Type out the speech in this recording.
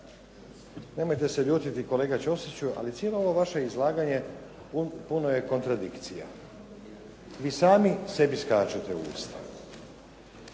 Nemojte se ljutiti kolega Ćosiću, ali cijelo ovo vaše izlaganje puno je kontradikcija. Vi sami sebi skačete u usta.